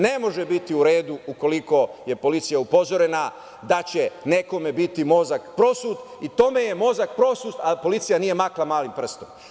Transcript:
Ne može biti u redu ukoliko je policija upozorena da će nekom biti mozak prosut i tom je mozak prosut, a policija nije makla malim prstom.